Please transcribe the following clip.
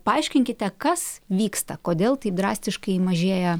paaiškinkite kas vyksta kodėl taip drastiškai mažėja